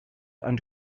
and